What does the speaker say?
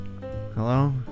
Hello